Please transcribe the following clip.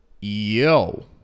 Yo